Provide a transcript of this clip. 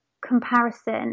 comparison